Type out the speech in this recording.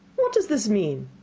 what does this mean?